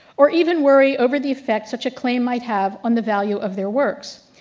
or even worry over the effect such a claim might have on the value of their works.